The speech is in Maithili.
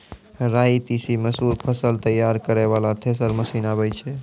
राई तीसी मसूर फसल तैयारी करै वाला थेसर मसीन आबै छै?